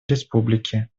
республики